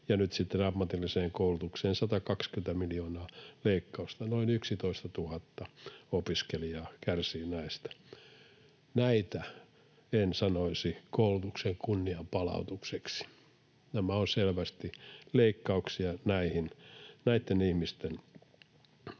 ja nyt sitten ammatilliseen koulutukseen 120 miljoonaa leikkausta, noin 11 000 opiskelijaa kärsii näistä. Näitä en sanoisi koulutuksen kunnianpalautukseksi. Nämä ovat selvästi leikkauksia näitten ihmisten